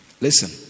Listen